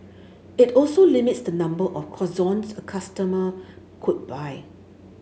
it also limits the number of croissants a customer could buy